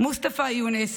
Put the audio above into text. מוסטפא יונס,